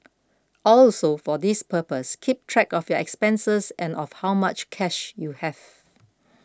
also for this purpose keep track of your expenses and of how much cash you have